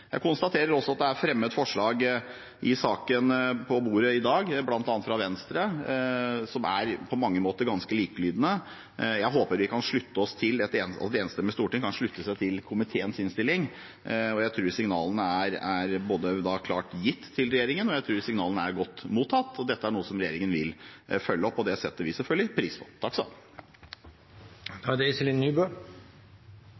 Jeg konstaterer også at det er fremmet forslag i saken på bordet i dag, bl.a. fra Venstre, som på mange måter er ganske likelydende. Jeg håper et enstemmig storting kan slutte seg til komiteens innstilling. Jeg tror signalene både er klart gitt til regjeringen og godt mottatt, og at dette er noe som regjeringen vil følge opp. Det setter vi selvfølgelig pris på.